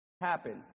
happen